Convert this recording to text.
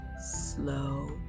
slow